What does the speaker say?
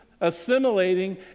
assimilating